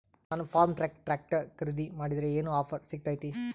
ನಾನು Farmtrac tractor ಖರೇದಿ ಮಾಡಿದ್ರೆ ಏನು ಆಫರ್ ಸಿಗ್ತೈತಿ?